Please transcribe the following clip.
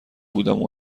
بودم